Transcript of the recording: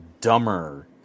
dumber